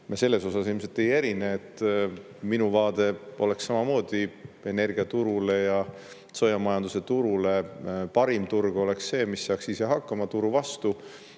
Me selles osas ilmselt ei erine, et minu vaade poleks samamoodi energiaturule ja soojamajanduse turule, parim turg oleks see, mis saaks ise hakkama turu vastu,